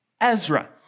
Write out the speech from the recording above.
Ezra